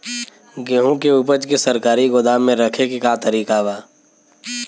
गेहूँ के ऊपज के सरकारी गोदाम मे रखे के का तरीका बा?